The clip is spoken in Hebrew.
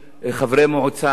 חברי מועצה,